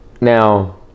now